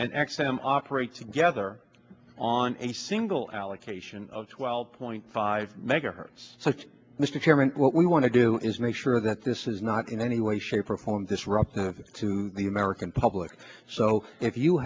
x m operate together on a single allocation of twelve point five megahertz mr chairman what we want to do is make sure that this is not in any way shape or form disruptive to the american public so if you